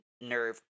Nerve